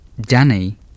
Danny